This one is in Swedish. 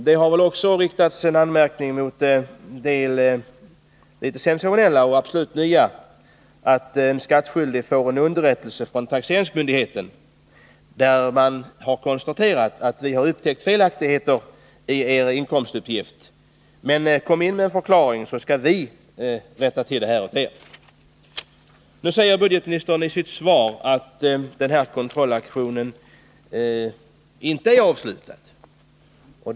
Det har också riktats anmärkningar mot det sensationella och absolut nya förfaringssättet att en skattskyldig får en underrättelse från taxeringsmyndigheten om att man upptäckt felaktigheter i hans inkomstuppgift och säger: Kom in med en förklaring, så skall vi rätta till det här felet! Nu säger budgetministern i sitt svar att kontrollaktionen i fråga inte är avslutad.